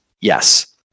Yes